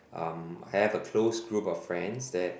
um I have a close group of friends that